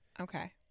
okay